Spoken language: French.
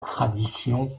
tradition